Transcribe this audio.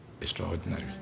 extraordinary